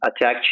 attack